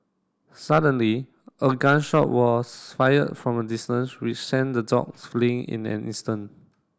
suddenly a gun shot was fired from a distance which sent the dog fleeing in an instant